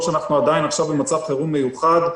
שאנחנו עכשיו עדיין במצב חירום מיוחד.